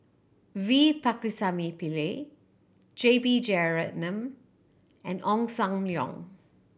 V Pakirisamy Pillai J B Jeyaretnam and Ong Sam Leong